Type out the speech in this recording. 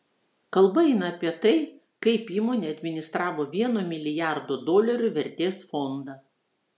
kalba eina apie tai kaip įmonė administravo vieno milijardo dolerių vertės fondą